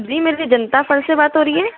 जी मेरी से बात हो रही है